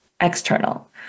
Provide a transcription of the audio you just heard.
external